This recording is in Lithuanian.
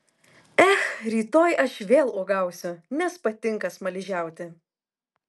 ech rytoj aš vėl uogausiu nes patinka smaližiauti